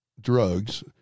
drugs